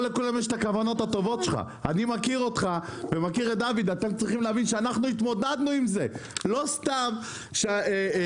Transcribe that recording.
ובכל זאת אנחנו מתפתלים בכיסא כי יש הסכמים,